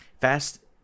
Fast